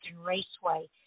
Raceway